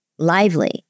lively